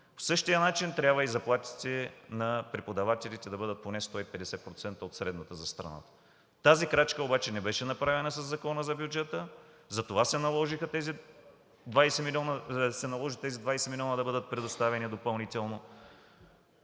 По същия начин и заплатите на преподавателите трябва да бъдат поне 150% от средната за страната. Тази крачка обаче не беше направена със Закона за бюджета, затова се наложи тези 20 милиона да бъдат предоставени допълнително.